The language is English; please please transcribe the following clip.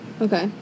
Okay